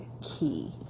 key